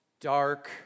dark